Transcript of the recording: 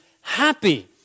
happy